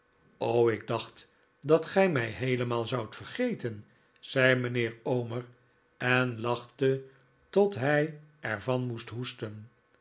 ik dacht dat gij mij heelemaal zoudt vergeten zei mijnheer omer en lachte tot hij er van moest hoesten